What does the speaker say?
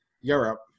Europe